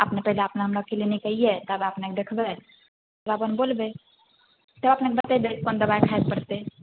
अपने पहिले अपना हमरा क्लिनिक अइए तब अपनेके देखबै तब हम बोलबै तब अपनेके बतैबै कोन दबाइ खाय लए पड़तै